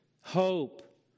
hope